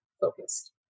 focused